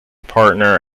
partner